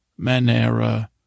manera